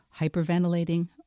hyperventilating